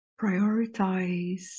prioritize